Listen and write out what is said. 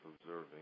observing